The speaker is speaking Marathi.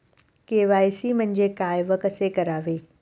के.वाय.सी म्हणजे काय व कसे करावे?